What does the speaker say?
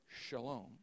shalom